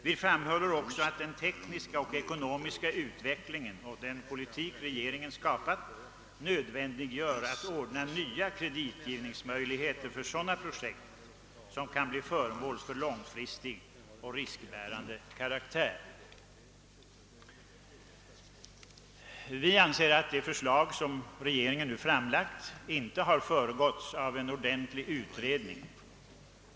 Vi framhåller också, att den tekniska och ekonomiska utvecklingen liksom den politik regeringen fört gör det nödvändigt att ordna nya kreditgivningsmöjligheter för projekt av långfristig och riskbärande karaktär. Vi anser att det förslag regeringen nu framlagt inte har föregåtts av en ordentlig utredning.